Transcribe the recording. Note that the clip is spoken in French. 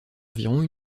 environ